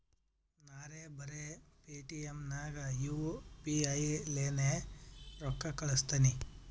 ನಾರೇ ಬರೆ ಪೇಟಿಎಂ ನಾಗ್ ಯು ಪಿ ಐ ಲೇನೆ ರೊಕ್ಕಾ ಕಳುಸ್ತನಿ